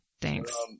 thanks